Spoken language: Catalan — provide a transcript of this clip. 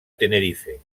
tenerife